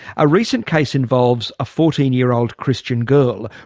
a recent case involves a fourteen year old christian girl,